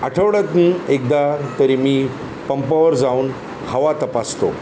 आठवड्यातून एकदा तरी मी पंपावर जाऊन हवा तपासतो